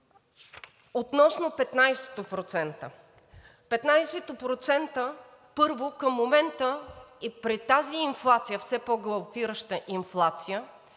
Относно 15-те процента. Първо, към момента и при тази инфлация, все по-галопираща инфлация,